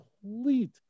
complete